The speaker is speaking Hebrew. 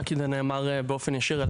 כי נשאלתי באופן ישיר.